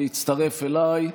להצטרף אליי,